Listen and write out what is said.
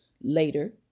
later